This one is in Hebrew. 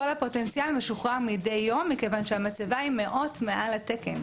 כל הפוטנציאל משוחרר מידי יום מכיוון שהמצבה היא מאות מעל התקן.